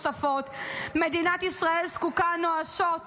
להזיות נוספות, מדינת ישראל זקוקה נואשות